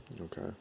Okay